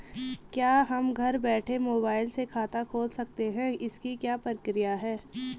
क्या हम घर बैठे मोबाइल से खाता खोल सकते हैं इसकी क्या प्रक्रिया है?